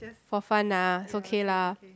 for fun lah okay lah